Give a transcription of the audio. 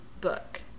book